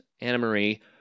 Anna-Marie